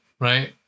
right